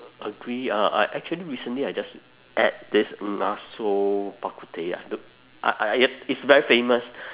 agree uh I actually recently I just ate this ng ah sio bak kut teh ah the ah ah yup it's very famous